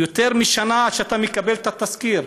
עד שאתה מקבל את התסקיר.